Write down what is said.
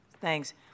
Thanks